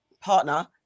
partner